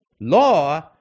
Law